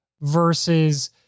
versus